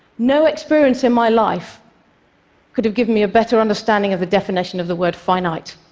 no experience in my life could have given me a better understanding of the definition of the word finite.